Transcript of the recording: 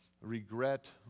regret